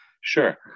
Sure